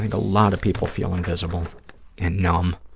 a lot of people feel invisible and numb.